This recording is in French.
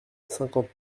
cinquante